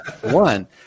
one